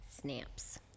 snaps